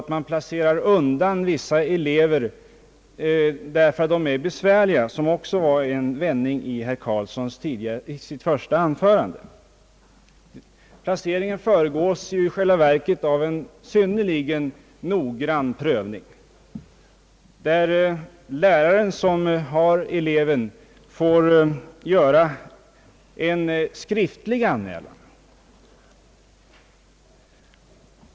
Man placerar inte undan vissa elever därför att de är besvärliga, vilket också var en vändning i herr Eric Carlssons första anförande. Placeringen föregås i själva verket av en synnerligen noggrann prövning. Först får den lärare som har eleven i sin klass göra en skriftlig anmälan.